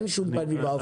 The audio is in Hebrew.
אין שום פנים ואופן.